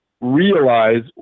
realize